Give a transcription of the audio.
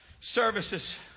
services